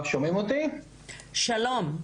שלום,